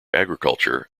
agriculture